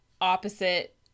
opposite